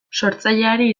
sortzaileari